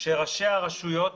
שראשי הרשויות